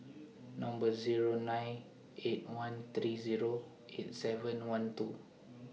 Number Zero nine eight one three Zero eight seven one two